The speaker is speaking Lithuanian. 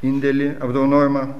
indėlį apdovanojimą